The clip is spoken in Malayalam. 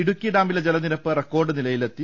ഇടുക്കി ഡാമിലെ ജലനിരപ്പ് റെക്കോർഡ് നിലയിലെത്തി